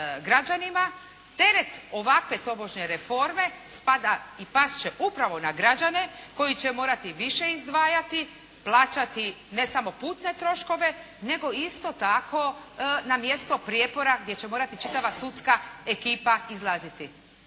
građanima, teret ovakve tobože reforme spada i pasti će upravo na građane koji će morati više izdvajati, plaćati ne samo putne troškove, nego isto tako na mjesto prijepora gdje će morati čitava sudska ekipa izlaziti.